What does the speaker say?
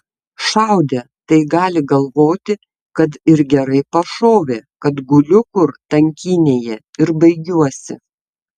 šaudė tai gali galvoti kad ir gerai pašovė kad guliu kur tankynėje ir baigiuosi